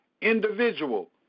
individual